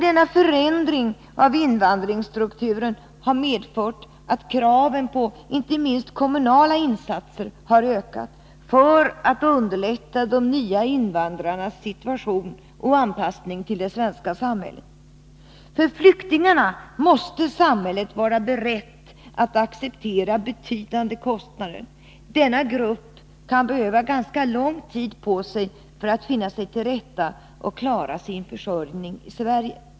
Denna förändring av invandringsstrukturen har medfört att kraven på inte minst kommunala insatser har ökat för att underlätta de nya invandrarnas situation och anpassning till det svenska samhället. För flyktingarna måste samhället vara berett att acceptera betydande kostnader. Denna grupp kan behöva ganska lång tid på sig för att finna sig till rätta och klara sin försörjning i Sverige.